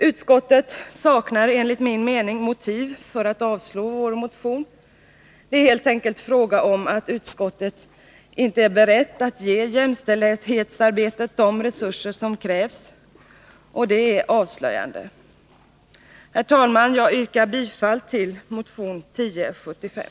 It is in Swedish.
Utskottet saknar enligt min mening motiv för att avstyrka vår motion. Utskottet är helt enkelt inte berett att ge jämställdhetsarbetet de resurser som krävs. Detta är avslöjande. Herr talman! Jag yrkar bifall till motion 1075.